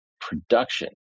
production